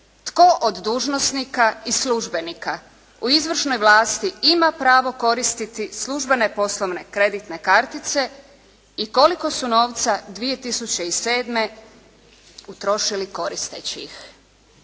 Tko od dužnosnika i službenika u izvršnoj vlasti ima pravo koristiti službene poslovne kreditne kartice i koliko su novca 2007. utrošili koristeći ih?